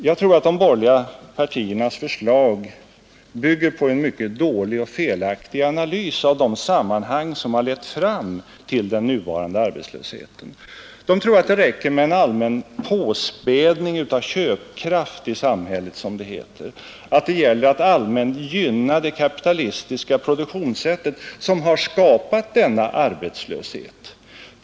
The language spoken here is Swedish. Jag anser att de borgerliga partiernas förslag bygger på en mycket dålig och felaktig analys av de sammanhang som lett fram till den nuvarande arbetslösheten. De tror att det räcker med en allmän ”påspädning” av köpkraften i samhället, att det gäller att allmänt gynna det kapitalistiska produktionssättet, som har skapat denna arbetslöshet.